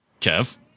Kev